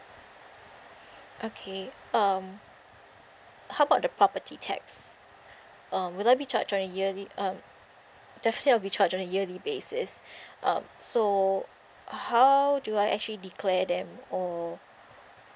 okay um how about the property tax um will I be charged on a yearly um definitely I'll be charged on a yearly basis um so how do I actually declare them or